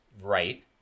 right